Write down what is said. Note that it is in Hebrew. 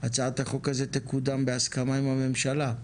שהצעת החוק הזו תקודם בהסכמה עם הממשלה,